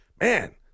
man